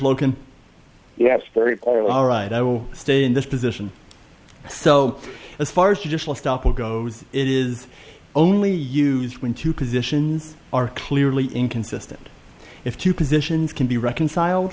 loken yes very all right i will stay in this position so as far as you just go it is only used when two conditions are clearly inconsistent if two positions can be reconciled